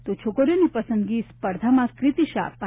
તો છોકરીઓની પસંદગી સ્પર્ધામાં કીર્તિ શાહ પ